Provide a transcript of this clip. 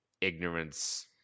ignorance